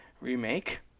remake